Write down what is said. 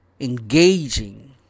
engaging